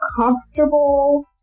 comfortable